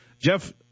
Jeff